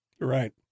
Right